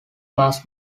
class